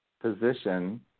position